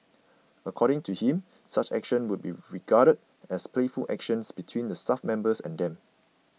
according to him such actions would be regarded as playful actions between the staff members and them